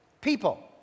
people